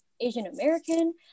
asian-american